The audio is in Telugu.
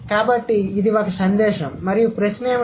కాబట్టి ఇది ఒక సందేశం మరియు ప్రశ్న ఏమిటి